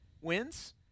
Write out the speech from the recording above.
wins